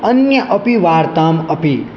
अन्याम् अपि वार्ताम् अपि